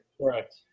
Correct